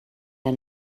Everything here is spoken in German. der